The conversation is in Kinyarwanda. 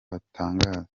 batangaza